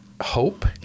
hope